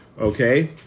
okay